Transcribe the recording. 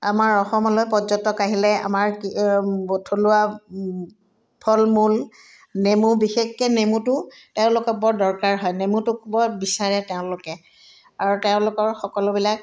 আমাৰ অসমলৈ পৰ্যটক আহিলে আমাৰ কি থলুৱা ফল মূল নেমু বিশেষকৈ নেমুটো তেওঁলোকে বৰ দৰকাৰ হয় নেমুটোক বৰ বিচাৰে তেওঁলোকে আৰু তেওঁলোকৰ সকলোবিলাক